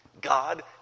God